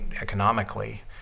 economically